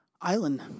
island